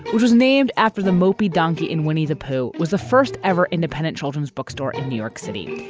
which was named after the mopey donkey in winnie-the-pooh, was the first ever independent children's bookstore in new york city,